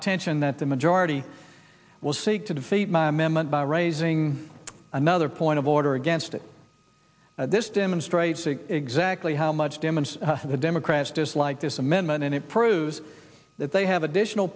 attention that the majority will seek to defeat my members by raising another point of order against it this demonstrates exactly how much damage the democrats dislike this amendment and it proves that they have additional